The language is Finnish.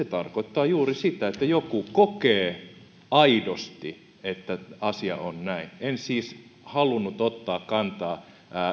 tarkoittaa juuri sitä että joku kokee aidosti että asia on näin en siis halunnut ottaa kantaa